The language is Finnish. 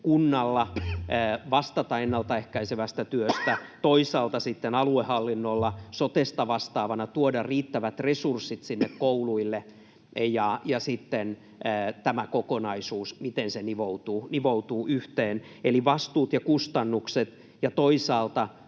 kunnalla vastata ennaltaehkäisevästä työstä ja toisaalta sitten aluehallinnolla sotesta vastaavana tuoda riittävät resurssit sinne kouluille, ja sitten tämä kokonaisuus, miten se nivoutuu yhteen. Eli vastuut ja kustannukset ja toisaalta